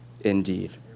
indeed